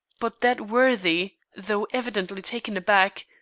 but that worthy, though evidently taken aback,